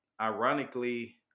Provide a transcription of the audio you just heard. ironically